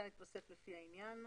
כאן התווסף "לפי העניין".